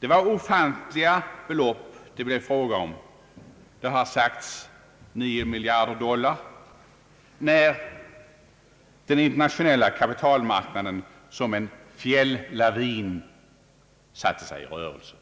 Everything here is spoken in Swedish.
Det var ofantliga belopp som det blev fråga om — det har sagts nio miljarder dollar — när den internationella kapitalmarknaden som en fjällavin satte sig i rörelse.